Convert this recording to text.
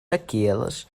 aqueles